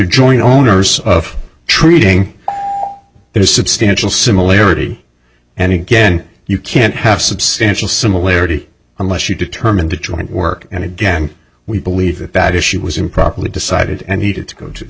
joint owners of treating it is substantial similarity and again you can't have substantial similarity unless you determine the joint work and again we believe that that is she was improperly decided and needed to go to